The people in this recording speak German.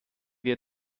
wir